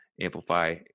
amplify